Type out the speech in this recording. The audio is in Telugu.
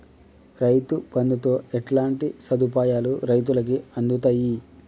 రైతు బంధుతో ఎట్లాంటి సదుపాయాలు రైతులకి అందుతయి?